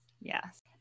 Yes